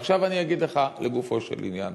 ועכשיו אני אגיד לך לגופו של עניין: